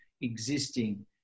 existing